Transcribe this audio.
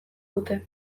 dute